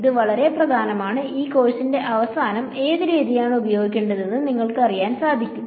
ഇത് വളരെ പ്രധാനമാണ് ഈ കോഴ്സിന്റെ അവസാനം ഏത് രീതിയാണ് പ്രയോഗിക്കേണ്ടതെന്ന് നിങ്ങൾക്കറിയാൻ സാധിക്കും